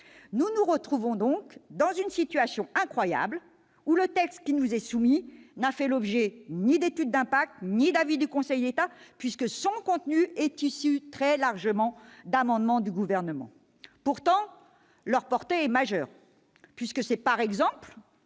Nous nous retrouvons dans une situation incroyable : le texte qui nous est soumis n'a fait l'objet ni d'une étude d'impact ni d'un avis du Conseil d'État, puisque son contenu est issu très largement d'amendements du Gouvernement. Pourtant, la portée de ces amendements est majeure.